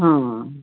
हँ